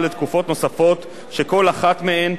שכל אחת מהן לא תעלה על שנה,